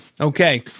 Okay